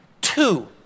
Two